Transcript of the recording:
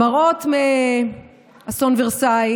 המראות מאסון ורסאי